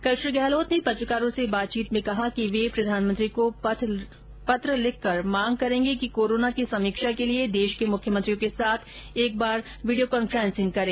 कल श्री गहलोत ने पत्रकारों से बातचीत में कहा कि वे प्रधानमंत्री को पत्र लिखकर मांग करेगे कि कोरोना की समीक्षा के लिए देश के मुख्यमंत्रियों के साथ एक बार वीडियो कॉन्फ्रेसिंग करें